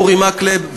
אורי מקלב,